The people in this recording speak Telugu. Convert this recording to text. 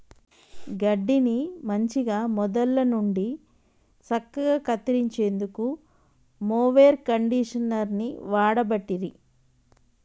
గడ్డిని మంచిగ మొదళ్ళ నుండి సక్కగా కత్తిరించేందుకు మొవెర్ కండీషనర్ని వాడబట్టిరి